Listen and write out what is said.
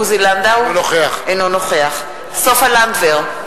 אינו נוכח סופה לנדבר,